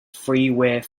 freeware